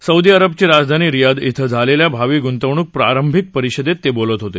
Saudi अरबची राजधानी Riyadh इथं झालेल्या भावी गुंतवणूक प्रारंभिक परिषदेत ते बोलत होते